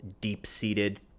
deep-seated